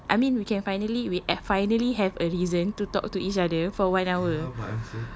quite fun I mean we can finally we have finally have a reason to talk to each other for one hour